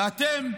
ואתם?